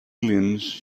aliens